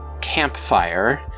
campfire